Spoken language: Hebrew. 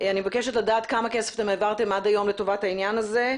אני מבקשת לדעת כמה כסף העברתם עד היום לטובת העניין הזה,